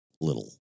Little